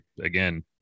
again